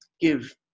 give